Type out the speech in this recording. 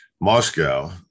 Moscow